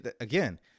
again